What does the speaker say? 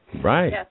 Right